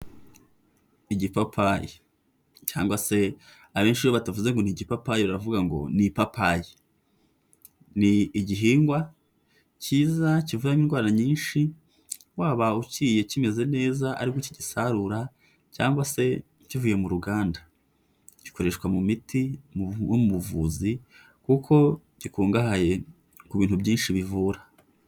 Igipapayi cyangwa se abenshi iyo batavuze ngo ni igipapayi baravuga ngo ni ipapayi. Ni igihingwa kiza kivura n'indwara nyinshi waba ukiriye kimeze neza ari bwo ukigisarura cyangwa se kivuye mu ruganda. Gikoreshwa mu miti nko mu buvuzi kuko gikungahaye ku bintu byinshi bivura.